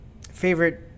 favorite